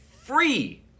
free